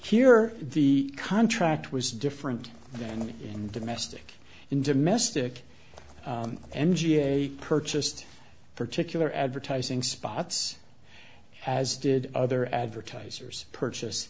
here the contract was different than any in domestic in domestic n g a purchased particular advertising spots as did other advertisers purchase